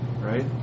Right